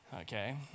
okay